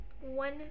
One